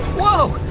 whoa.